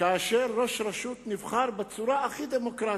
כאשר ראש רשות נבחר בצורה הכי דמוקרטית,